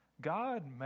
God